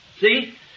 See